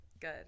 Good